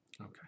Okay